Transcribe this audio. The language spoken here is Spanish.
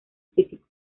físico